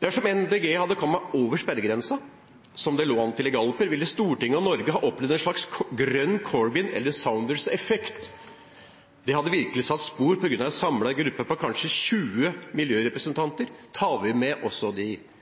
Dersom Miljøpartiet De Grønne hadde kommet over sperregrensen, som det lå an til i galluper, ville Stortinget og Norge ha opplevd en slags grønn Corbyn- eller Sanders-effekt. Det hadde virkelig satt spor med en samlet gruppe på kanskje 20 miljørepresentanter. Tar vi med også